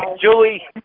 Julie